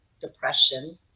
depression